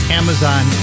amazon